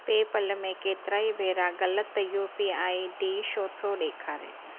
PayPal में केतिराई भेरा ग़लति यू पी आई डी छो थो ॾेखारे